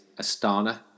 Astana